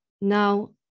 now